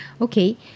Okay